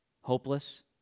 Hopeless